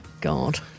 God